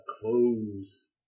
close